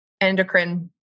endocrine